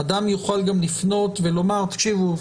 אדם יוכל גם לפנות ולומר: תקשיבו,